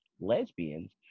lesbians